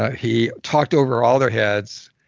he talked over all their heads,